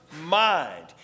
Mind